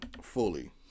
fully